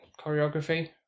choreography